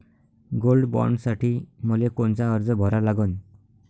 Gold बॉण्डसाठी मले कोनचा अर्ज भरा लागन?